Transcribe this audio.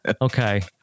okay